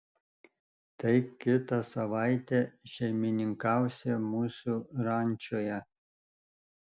tai kitą savaitę šeimininkausi mūsų rančoje